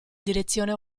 direzione